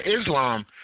Islam